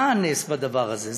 מה הנס בדבר הזה?